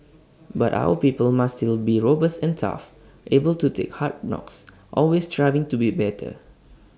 but our people must still be robust and tough able to take hard knocks always striving to be better